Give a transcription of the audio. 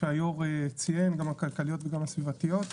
שהיו"ר ציין, גם הכלכליות וגם הסביבתיות.